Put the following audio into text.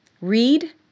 read